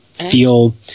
feel